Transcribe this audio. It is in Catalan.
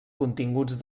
continguts